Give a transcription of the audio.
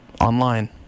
online